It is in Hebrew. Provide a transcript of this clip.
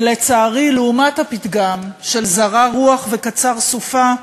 ולצערי, לעומת הפתגם "זרע רוח וקצר סופה",